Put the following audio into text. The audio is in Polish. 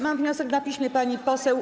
Mam wniosek na piśmie, pani poseł.